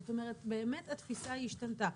זאת אומרת באמת התפיסה השתנתה.